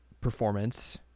performance